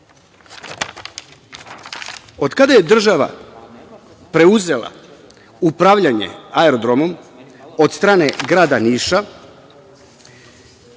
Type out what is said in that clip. kada je država preuzela upravljanje aerodromom od strane grada Niša,